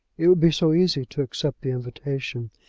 it would be so easy to accept the invitation,